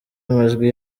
amajwi